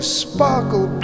sparkle